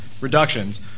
reductions